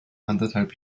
anderthalb